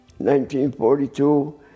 1942